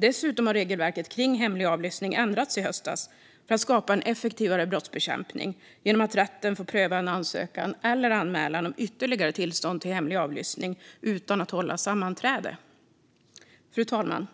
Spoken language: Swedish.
Dessutom har regelverket kring hemlig avlyssning ändrats i höstas för att skapa en effektivare brottsbekämpning genom att rätten får pröva en ansökan eller anmälan om ytterligare tillstånd till hemlig avlyssning utan att hålla sammanträde. Fru talman!